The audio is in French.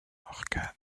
morgan